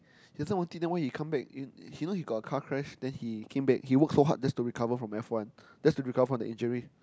he doesn't want it then why he come back you know he got a car crash then he came back he work so hard just to recover from F one just to recover from the injury